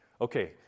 Okay